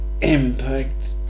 impact